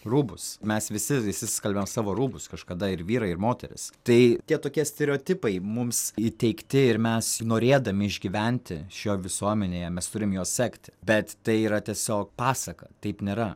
rūbus mes visi išsiskalbiam savo rūbus kažkada ir vyrai ir moterys tai tie tokie stereotipai mums įteigti ir mes norėdami išgyventi šio visuomenėje mes turime juos sekti bet tai yra tiesiog pasaka taip nėra